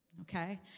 okay